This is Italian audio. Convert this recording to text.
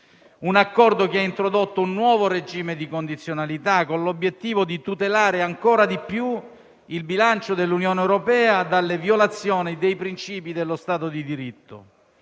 un accordo che ha introdotto un nuovo regime di condizionalità con l'obiettivo di tutelare ancora di più il bilancio dell'Unione europea dalle violazioni dei princìpi dello Stato di diritto.